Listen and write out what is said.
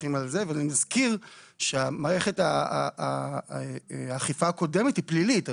אבל אני מזכיר שמערכת האכיפה הקודמת היא פלילית.